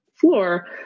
floor